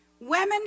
women